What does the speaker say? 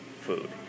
food